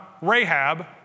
Rahab